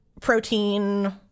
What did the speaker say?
protein